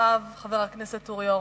אחריו, חבר הכנסת אורי אורבך.